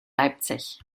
leipzig